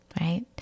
right